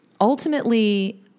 ultimately